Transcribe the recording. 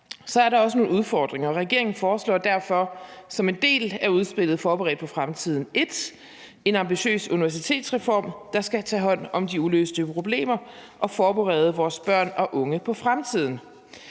Så er der også nogle udfordringer. Regeringen foreslår derfor som en del af udspillet »Forberedt på fremtiden I« en ambitiøs universitetsreform, der skal tage hånd om de uløste problemer og forberede vores børn og unge på fremtiden.